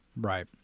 Right